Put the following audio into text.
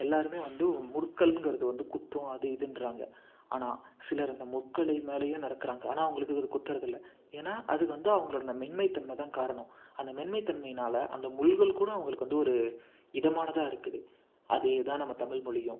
எல்லாருமே வந்து முற்கள்ங்குறது வந்து குத்தும் அது இதுன்றாங்க ஆனால் சிலர் அந்த முற்கள் மேலேயும் நடக்குறாங்க ஆனால் அவங்களுக்கு அது குத்தறதில்லை ஏன்னா அதுக்கு வந்து அவங்களோட அந்த மென்மைத் தன்மைதான் காரணம் அந்த மென்மைத் தன்மையினால் அந்த முள்கள் கூட அவங்களுக்கு வந்து ஒரு இதமானதாக இருக்குது அதேதான் நம்ம தமிழ் மொழியும்